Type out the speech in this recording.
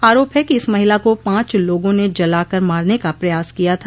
आरोप है कि इस महिला को पांच लोगों ने जलाकर मारने का प्रयास किया था